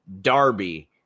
darby